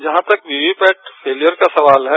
जहां तक वीवीपैट फोलियर का सवाल है